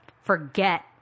forget